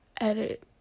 edit